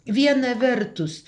viena vertus